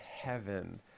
heaven